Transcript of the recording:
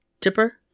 Tipper